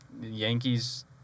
Yankees